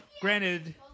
Granted